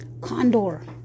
condor